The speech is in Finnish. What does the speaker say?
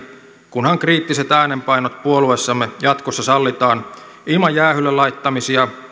kunhan kriittiset äänenpainot puolueessamme jatkossa sallitaan ilman jäähylle laittamisia